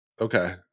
Okay